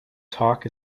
talk